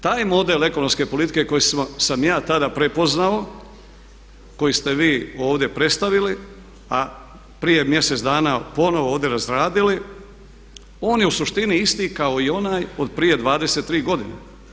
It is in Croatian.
Taj model ekonomske politike koji sam ja tada prepoznao koji ste vi ovdje predstavili, a prije mjesec dana ponovno ovdje razradili, on je u suštini isti kao i onaj od prije 23 godine.